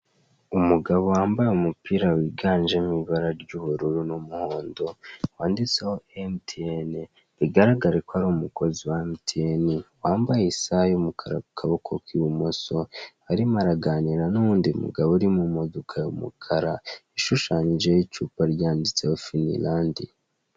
Umugabo wambaye umupira wiganjemo ibara ry'ubururu n'umuhondo, wanditseho Emutiyene bigaragare ko ari umukozi wa Emutiyeni, wambaye isaha y'umukara ku kaboko k'ibumoso urimo araganira n'undi mugabo uri mu modoka y'umukara, ishushanyijeho icupa ryanditseho finirandi.